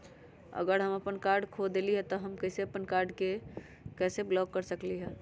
अगर हम अपन कार्ड खो देली ह त हम अपन कार्ड के कैसे ब्लॉक कर सकली ह?